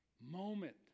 moment